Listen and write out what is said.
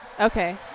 Okay